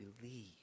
believe